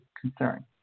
concern